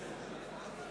מצביע אורי אורבך,